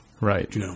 Right